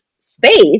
space